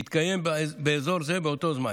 שהתקיים באזור זה באותו זמן.